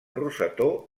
rosetó